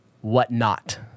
whatnot